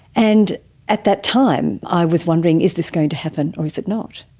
and at that time i was wondering is this going to happen or is it not?